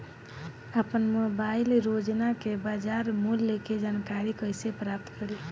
आपन मोबाइल रोजना के बाजार मुल्य के जानकारी कइसे प्राप्त करी?